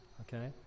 okay